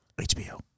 HBO